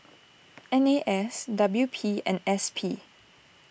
N A S W P and S P